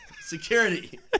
Security